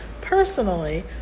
Personally